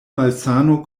malsano